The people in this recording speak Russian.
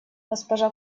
госпожа